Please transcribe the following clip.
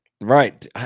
right